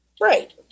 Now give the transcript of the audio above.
Right